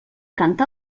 canta